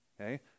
okay